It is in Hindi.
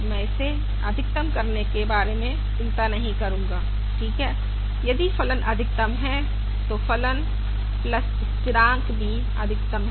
मैं इसे अधिकतम करने के बारे में चिंता नहीं करूंगा ठीक है यदि फलन अधिकतम है तो फलन स्थिरांक भी अधिकतम है